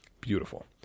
Beautiful